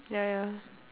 ya ya